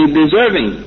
deserving